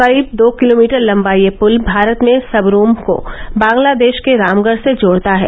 करीब दो किलोमीटर लंबा यह पुल भारत में सबरूम को बांग्लादेश के रामगढ़ से जोड़ता है